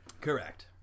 Correct